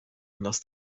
anders